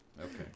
Okay